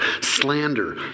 Slander